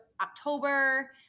October